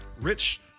Rich